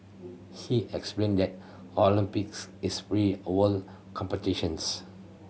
he explain that Olympics is free a world competitions